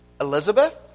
Elizabeth